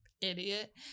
idiot